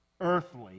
earthly